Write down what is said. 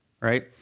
right